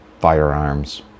firearms